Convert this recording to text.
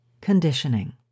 conditioning